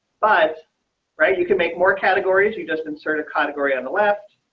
but right you can make more categories you just insert a category on the left.